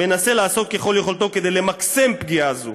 מנסה לעשות ככל יכולתו כדי למקסם פגיעה זו